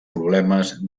problemes